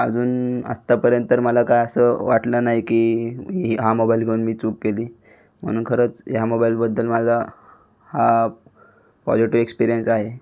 आजुन आत्तापर्यंत तर मला काय असं वाटलं नाही की ही हा मोबाईल घिऊन मी चूक केली म्हणून खरंच ह्या मोबाईलबद्दल मला हा पॉजिटिव एक्सपीरियन्स आहे